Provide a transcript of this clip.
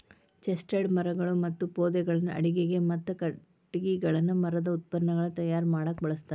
chestnut ಮರಗಳು ಮತ್ತು ಪೊದೆಗಳನ್ನ ಅಡುಗಿಗೆ, ಮತ್ತ ಕಟಗಿಗಳನ್ನ ಮರದ ಉತ್ಪನ್ನಗಳನ್ನ ತಯಾರ್ ಮಾಡಾಕ ಬಳಸ್ತಾರ